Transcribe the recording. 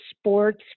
sports